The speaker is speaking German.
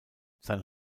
sein